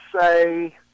say